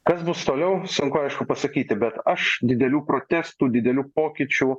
kas bus toliau sunku aišku pasakyti bet aš didelių protestų didelių pokyčių